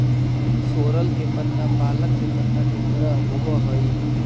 सोरल के पत्ता पालक के पत्ता के तरह होवऽ हई